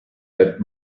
that